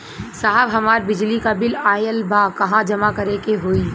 साहब हमार बिजली क बिल ऑयल बा कहाँ जमा करेके होइ?